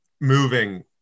moving